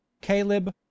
caleb